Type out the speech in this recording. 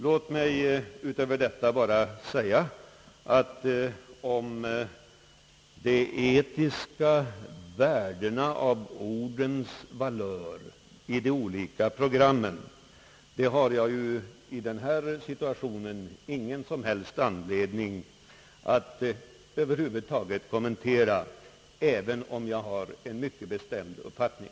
Låt mig utöver detta bara säga, att jag inte har någon som helst anledning att i denna situation över huvud taget kommentera de etiska värderingarna och ordens valör i de aktuella programmen, även om jag därvidlag har en mycket bestämd uppfattning.